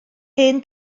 hen